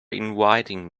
inviting